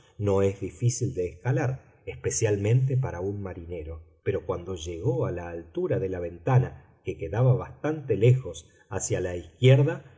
no es difícil de escalar especialmente para un marinero pero cuando llegó a la altura de la ventana que quedaba bastante lejos hacia la izquierda